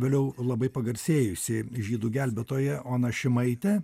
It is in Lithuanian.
vėliau labai pagarsėjusi žydų gelbėtoja ona šimaitė